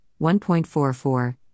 1.44